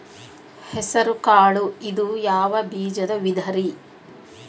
ಹೆಸರುಕಾಳು ಇದು ಯಾವ ಬೇಜದ ವಿಧರಿ?